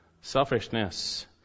Selfishness